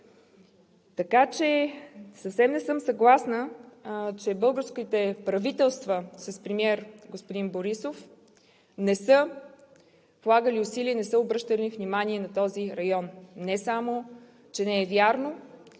Балкани. Съвсем не съм съгласна, че българските правителства с премиер господин Борисов не са полагали усилия и не са обръщали внимание на този район – не само, че не е вярно,